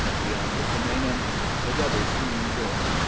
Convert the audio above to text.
beyond it, the main entrance a double swinging door.